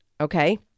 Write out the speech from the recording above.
Okay